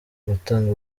gutanga